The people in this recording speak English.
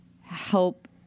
help